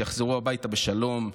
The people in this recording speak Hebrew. שיחזרו הביתה בשלום.